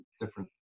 different